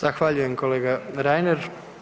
Zahvaljujem kolega Reiner.